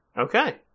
Okay